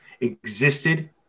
existed